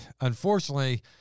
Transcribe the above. unfortunately